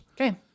Okay